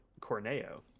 Corneo